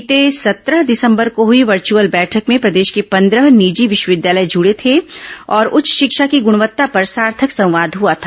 बीते सत्रह दिसंबर को हुई वर्चुअल बैठक में प्रदेश के पन्द्रह निजी विश्वविद्यालय जुड़े थे और उच्च शिक्षा की गुणवत्ता पर सार्थक संवाद हुआ था